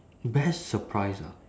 best surprise ah